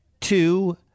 two